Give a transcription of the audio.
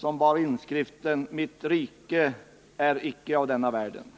med inskriften: Mitt rike är icke av denna världen.